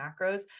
macros